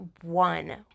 one